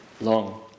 long